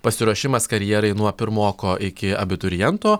pasiruošimas karjerai nuo pirmoko iki abituriento